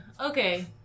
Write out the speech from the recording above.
Okay